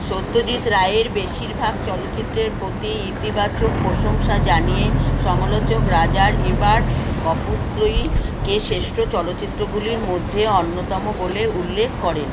সত্যজিৎ রায়ের বেশিরভাগ চলচিত্রের প্রতি ইতিবাচক প্রশংসা জানিয়ে সমালোচক রজার ইবাট অপু ত্রয়ী কে শ্রেষ্ঠ চলচ্চিত্রগুলির মধ্যে অন্যতম বলে উল্লেখ করেন